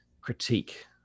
critique